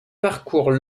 parcourent